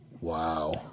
Wow